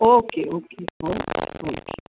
okay okay okay okay